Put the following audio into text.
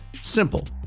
simple